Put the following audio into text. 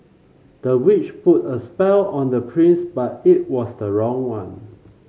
the witch put a spell on the prince but it was the wrong one